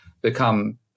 become